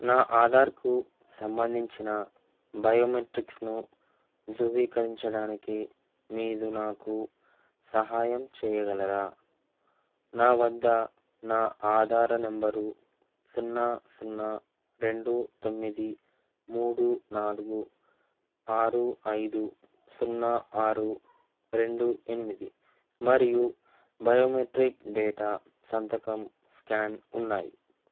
నా ఆధార్కు సంబంధించిన బయోమెట్రిక్స్ను ధృవీకరించడానికి మీరు నాకు సహాయం చేయగలరా నా వద్ద నా ఆధార్ నెంబరు సున్నా సున్నా రెండు తొమ్మిది మూడు నాలుగు ఆరు ఐదు సున్నా ఆరు రెండు ఎనిమిది మరియు బయోమెట్రిక్ డేటా సంతకం స్కాన్ ఉన్నాయి